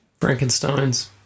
Frankensteins